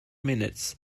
minutes